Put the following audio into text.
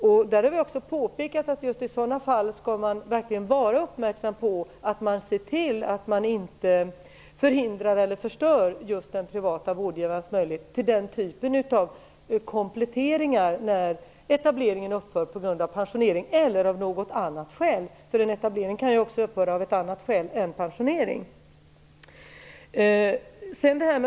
Vi har också påpekat att just i sådana fall skall man verkligen vara uppmärksam och se till att man inte förhindrar eller förstör den privata vårdgivarens möjligheter till den typen av kompletteringar när etableringen upphör på grund av pensionering eller av något annat skäl. En etablering kan ju också upphöra av ett annat skäl än pensionering.